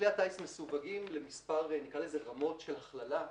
כלי הטיס מסווגים למספר רמות של הכללה,